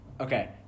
okay